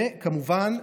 וכמובן,